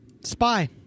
Spy